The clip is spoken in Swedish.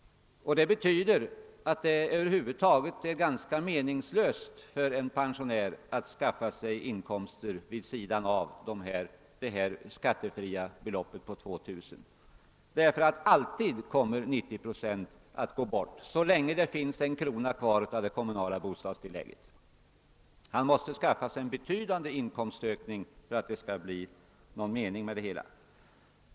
Det är därför över huvud taget ganska meningslöst för en pensionär att skaffa sig inkomster vid sidan av det skattefria beloppet på 2000 kr. därför att 90 procent alltid kommer att gå bort, så länge det finns en krona kvar av det kommunala bostadstillägget. Pensionärsfamiljen måste skaffa sig en betydande inkomstökning för att det skall bli nå gon mening med det hela.